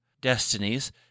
Destinies